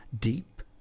deep